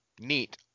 neat